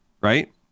right